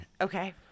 Okay